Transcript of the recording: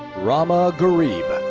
rama gharib.